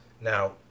now